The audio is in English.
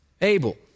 Abel